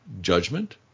judgment